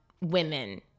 women